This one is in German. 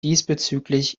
diesbezüglich